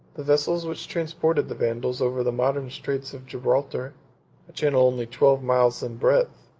the vessels which transported the vandals over the modern straits of gibraltar, a channel only twelve miles in breadth,